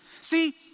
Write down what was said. See